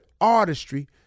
artistry